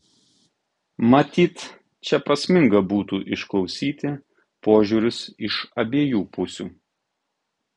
matyt čia prasminga būtų išklausyti požiūrius iš abiejų pusių